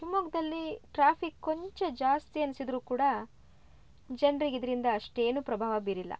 ಶಿವಮೊಗ್ಗದಲ್ಲಿ ಟ್ರಾಫಿಕ್ ಕೊಂಚ ಜಾಸ್ತಿ ಅನಿಸಿದ್ದರೂ ಕೂಡ ಜನರಿಗೆ ಇದರಿಂದ ಅಷ್ಟೇನು ಪ್ರಭಾವ ಬೀರಿಲ್ಲ